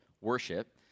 worship